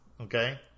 okay